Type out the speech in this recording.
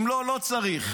אם לא, לא צריך.